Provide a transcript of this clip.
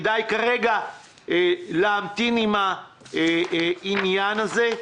כדאי כרגע להמתין עם העניין הזה.